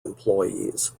employees